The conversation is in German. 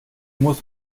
muss